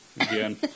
again